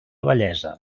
vellesa